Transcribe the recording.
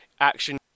action